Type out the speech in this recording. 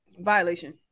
Violation